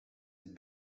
het